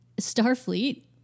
Starfleet